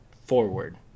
Forward